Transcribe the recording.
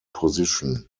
position